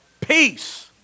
Peace